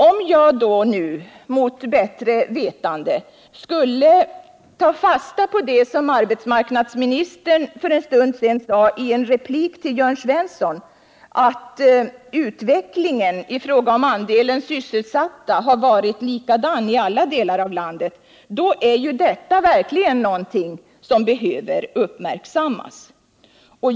Om jag nu, mot bättre vetande, skulle ta fasta på det som arbetsmarknadsministern för en stund sedan sade i en replik till Jörn Svensson, att utvecklingen i fråga om andelen sysselsatta har varit likadan i alla delar av landet, då är ju detta verkligen någonting som behöver uppmärksammas.